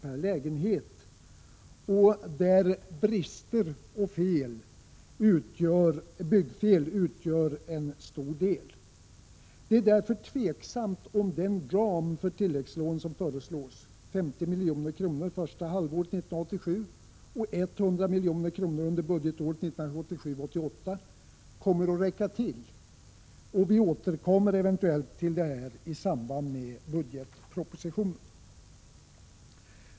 per lägenhet och att avhjälpande av brister och byggfel utgör en stor del av dessa kostnader. Det är därför tveksamt om den ram för tilläggslån som föreslås, 50 milj.kr. första halvåret 1987 och 100 milj.kr. under budgetåret 1987/88, kommer att räcka till. Vi återkommer eventuellt till detta i samband med budgetpropositionen.